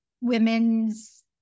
women's